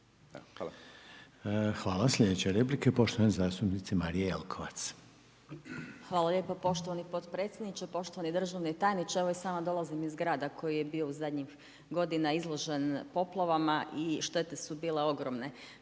Hvala sljedeća replika, poštovane zastupnice Marije Jelkovac. **Jelkovac, Marija (HDZ)** Hvala lijepo poštovani potpredsjedniče. Poštovani državni tajniče, evo, sama dolazim iz grada, koji je bio zadnjih godinama, izložen poplavama i štete su bile ogromne.